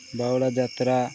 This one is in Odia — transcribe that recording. ବାହୁଡ଼ା ଯାତ୍ରା